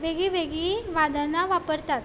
वेगळी वेगळीं वादनां वापरतात